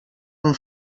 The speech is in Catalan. amb